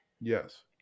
Yes